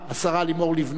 השרה לימור לבנת,